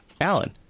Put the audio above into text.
Alan